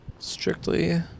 Strictly